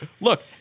Look